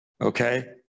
Okay